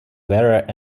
where